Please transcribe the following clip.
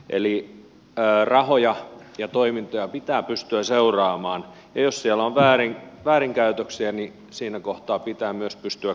eli rahoja ja toimintoja pitää pystyä seuraamaan ja jos siellä on väärinkäytöksiä niin siinä kohtaa pitää myös pystyä karsimaan